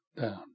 down